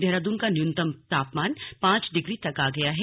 देहरादून का न्यूनतम तापमान पांच डिग्री तक आ गया है